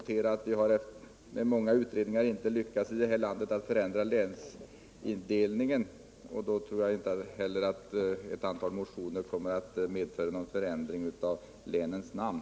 Trots många utredningar har vi i det här landet inte lyckats förändra länsindelningen, och då tror jag inte heller att ett antal motioner kommer att medföra någon förändring av länens namn.